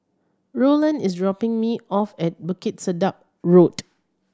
Roland is dropping me off at Bukit Sedap Road